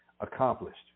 accomplished